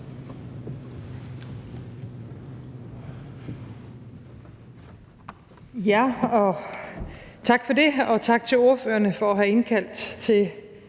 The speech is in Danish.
Tak for det, og tak til ordførerne for at have indkaldt til